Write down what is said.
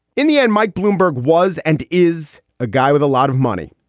in the end, mike bloomberg was and is a guy with a lot of money.